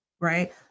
Right